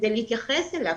כדי להתייחס אליו,